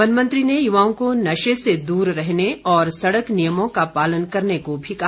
one मंत्री ने यूवाओं को नशे से दूर रहने और सड़क नियमों का पालन करने को भी कहा